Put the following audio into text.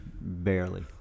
Barely